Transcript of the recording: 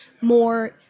more